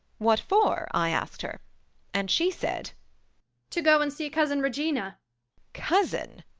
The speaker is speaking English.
what for i asked her and she said to go and see cousin regina' cousin!